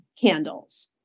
candles